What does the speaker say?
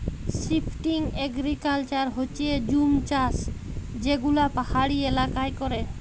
shifting agriculture হচ্যে জুম চাষ যে গুলা পাহাড়ি এলাকায় ক্যরে